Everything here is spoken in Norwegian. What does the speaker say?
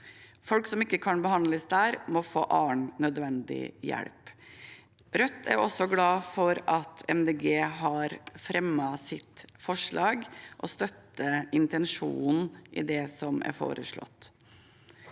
Folk som ikke kan behandles der, må få annen nødvendig hjelp. Rødt er også glad for at Miljøpartiet De Grønne har fremmet sitt forslag, og vi støtter intensjonen i det som er foreslått.